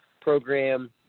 program